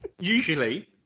usually